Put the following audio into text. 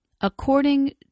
According